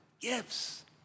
gifts